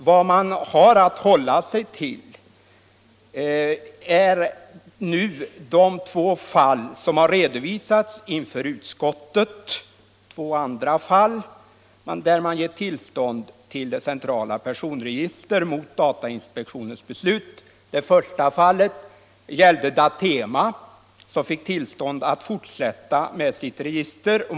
Vad man har att hålla sig till är nu de två fall som har redovisats inför utskottet, där tillstånd givits till centrala personregister mot datainspektionens beslut. Det första fallet gällde Datema, som fick tillstånd att fortsätta med sitt register.